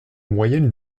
moyenne